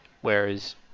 whereas